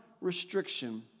restriction